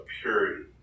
purity